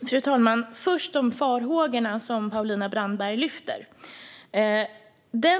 Fru talman! Först vill jag säga något om de farhågor som Paulina Brandberg lyfter fram.